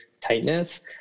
tightness